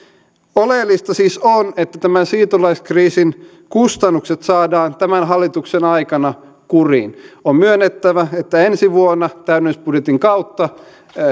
oleellista siis on että tämän siirtolaiskriisin kustannukset saadaan tämän hallituksen aikana kuriin on myönnettävä että ensi vuonna täydennysbudjetin kautta